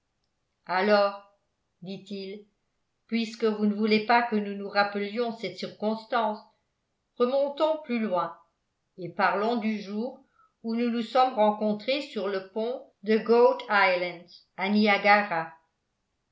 alors dit-il puisque vous ne voulez pas que nous nous rappelions cette circonstance remontons plus loin et parlons du jour où nous nous sommes rencontrés sur le pont de goat island à niagara